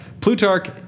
Plutarch